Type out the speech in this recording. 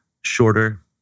shorter